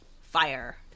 fire